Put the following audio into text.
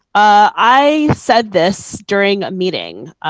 i said this during a meeting.